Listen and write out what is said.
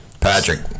Patrick